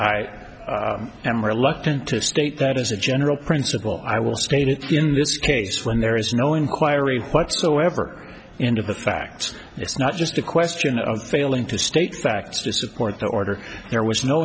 i am reluctant to state that as a general principle i will state it in this case when there is no inquiry whatsoever into the facts it's not just a question of failing to state facts to support the order there was no